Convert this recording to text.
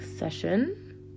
session